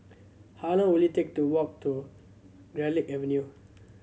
how long will it take to walk to Garlick Avenue